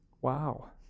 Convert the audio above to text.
Wow